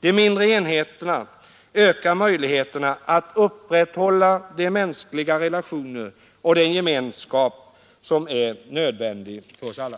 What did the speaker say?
de mindre enheterna ökar möjligheterna att upprätthålla de mänskliga relationer och den gemenskap som är en nödvändighet för oss alla.